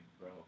bro